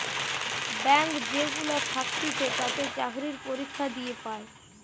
bank যেগুলা থাকতিছে তাতে চাকরি পরীক্ষা দিয়ে পায়